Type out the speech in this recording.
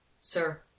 Sir